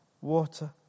water